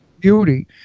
beauty